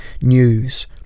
news